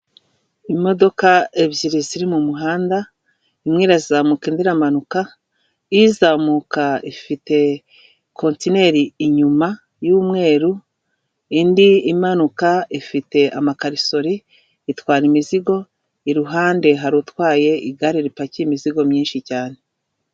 Imodoka ebyiri ziri mumuhanda, imwe irazamuka indi iramanuka, izamuka ifite contineri inyuma y'umweru, indi imanuka ifite amakarisori itwara imizigo, iruhande hari utwaye igare ripakiye imizigo myinshi cyane.